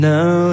Now